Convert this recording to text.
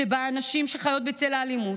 שבה הנשים שחיות בצל האלימות,